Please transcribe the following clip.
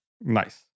Nice